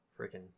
Freaking